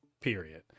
period